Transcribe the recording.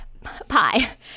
Pie